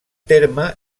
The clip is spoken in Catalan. terme